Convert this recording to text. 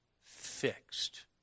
fixed